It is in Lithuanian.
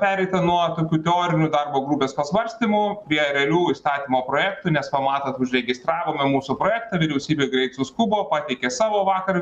pereita nuo tokių teorinių darbo grupės pasvarstymų beje realių įstatymo projektų nes pamatot užregistravome mūsų projektą vyriausybė greit suskubo pateikė savo vakar